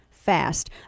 fast